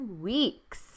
Weeks